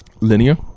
linear